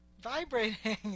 Vibrating